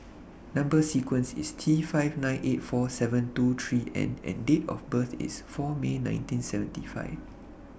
Number sequence IS T five nine eight four seven two three N and Date of birth IS four May nineteen seventy five